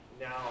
Now